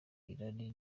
irari